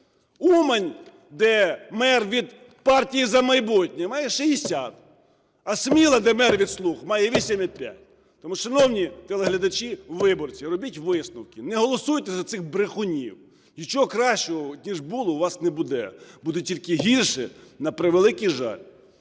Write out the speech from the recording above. Умань, де мер від партії "За майбутнє", має 60, а Сміла, де мер від "слуг", має 8,5. Тому шановні телеглядачі виборці, робіть висновки, не голосуйте за цих брехунів. Нічого кращого, ніж було, у вас не буде, буде тільки гірше, на превеликий жаль.